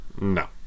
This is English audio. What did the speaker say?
No